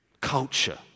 culture